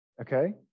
okay